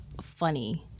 funny